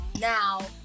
now